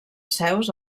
seus